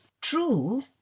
true